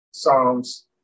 Psalms